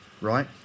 right